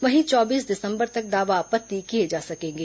वहीं चौबीस दिसंबर तक दावा आपत्ति किए जा सकेंगे